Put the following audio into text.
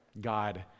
God